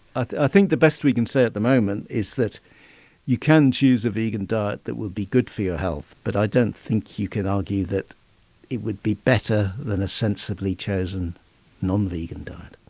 i think the best we can say at the moment is that you can choose a vegan diet that will be good for your health but i don't think you can argue that it would be better than a sensibly chosen non vegan diet.